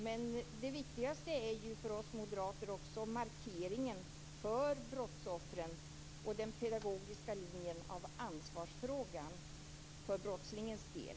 Men det viktigaste för oss moderater är markeringen för brottsoffren och den pedagogiska linjen i ansvarsfrågan för brottslingens del.